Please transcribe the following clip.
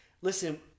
listen